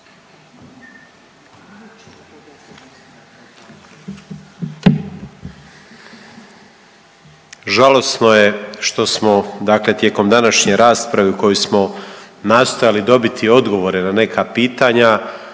Žalosno je što smo dakle tijekom današnje rasprave u kojoj smo nastojali dobiti odgovore na neka pitanja